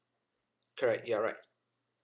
correct you're right